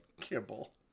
Kibble